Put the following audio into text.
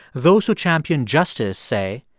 those who champion justice say,